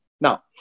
Now